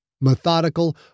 Methodical